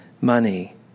money